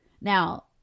now